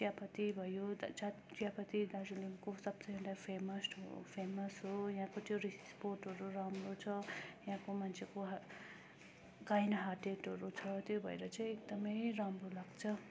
चियापत्ती भयो उता चिया त चियापत्ती दार्जिलिङको सबसे भन्दा फेमस हो फेमस हो यहाँको टुरिस्ट स्पोटहरू राम्रो छ यहाँको मान्छेको हा काइन्ड हार्टेडहरू छ त्यो भएर चाहिँ एकदमै राम्रो लाग्छ